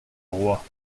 roi